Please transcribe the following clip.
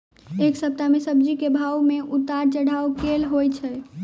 एक सप्ताह मे सब्जी केँ भाव मे उतार चढ़ाब केल होइ छै?